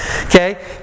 Okay